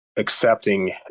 accepting